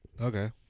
Okay